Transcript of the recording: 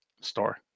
Store